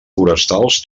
forestals